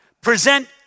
Present